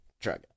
drug